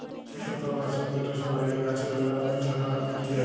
ছত্রাক লাসক যেট ছড়াইলে গাহাচে ম্যালা ব্যাঙের ছাতা ম্যরে যায়